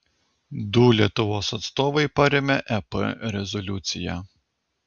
du lietuvos atstovai parėmė ep rezoliuciją